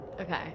Okay